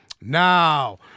Now